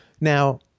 Now